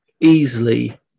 easily